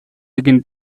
began